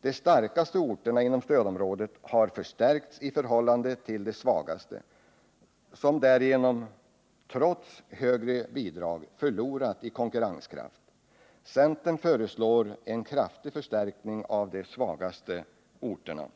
De starkaste orterna inom stödområdet har förstärkts i förhållande till de svagaste, som därigenom trots högre bidrag förlorat i konkurrenskraft. Centern föreslår en kraftig förstärkning av de svagaste orterna.